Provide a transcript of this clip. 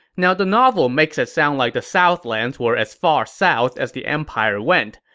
now, the novel makes it sound like the southlands were as far south as the empire went,